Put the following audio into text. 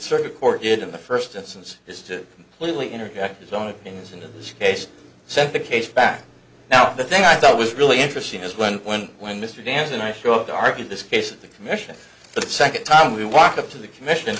circuit court did in the first instance is to completely interject his own opinions into this case said the case back now the thing i thought was really interesting is when when when mr vance and i show up to argue this case the commission the second time we walk up to the commission